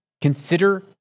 consider